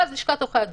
ואז לשכת עורכי הדין,